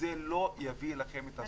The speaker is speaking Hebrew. זה לא יביא לכם את הזכויות שלכם.